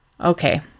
Okay